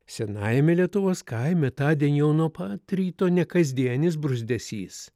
senajame lietuvos kaime tądien jau nuo pat ryto nekasdienis bruzdesys